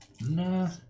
Nah